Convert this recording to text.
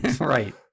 right